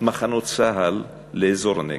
מחנות צה"ל לאזור הנגב.